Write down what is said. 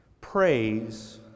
praise